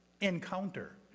Encounter